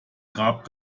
grab